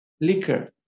Liquor